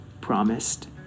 promised